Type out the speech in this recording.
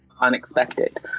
unexpected